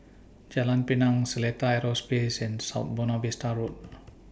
Jalan Pinang Seletar Aerospace and South Buona Vista Road